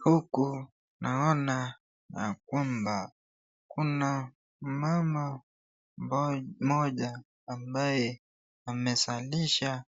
Huku naona ya kwamba kuna mama mmoja ambaye amezalisha